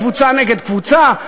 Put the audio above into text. קבוצה נגד קבוצה.